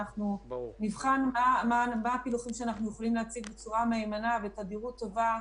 אנחנו נבחן מה הפילוחים שאנחנו יכולים להציג בצורה מהימנה ותדירות טובה,